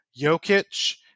Jokic